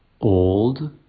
old